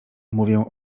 mówię